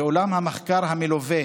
ואולם, המחקר המלווה